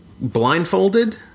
blindfolded